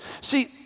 See